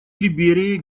либерией